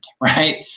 right